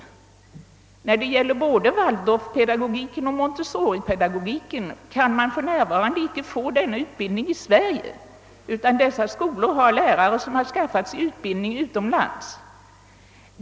När det gäller waldorfpedagogiken och montessoripedagogiken kan man för närvarande inte få utbildning i Sverige, utan vederbörande skolor har lärare som utbildat sig utomlands.